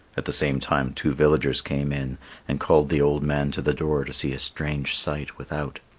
at the same time two villagers came in and called the old man to the door to see a strange sight without.